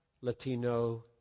Latino